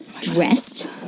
dressed